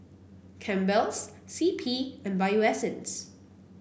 Campbell's C P and Bio Essence